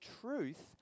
truth